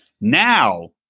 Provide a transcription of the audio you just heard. Now